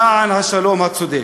למען השלום הצודק.